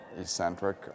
eccentric